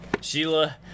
sheila